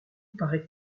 parait